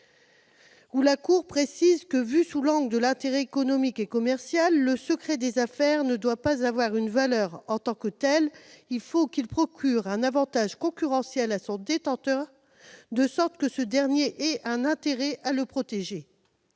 la Cour précise que, vu sous l'angle de l'intérêt économique et commercial, le secret des affaires ne doit pas avoir une valeur en tant que tel ; il faut qu'il procure un avantage concurrentiel à son détenteur, de sorte que ce dernier ait un intérêt à le protéger.